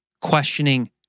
questioning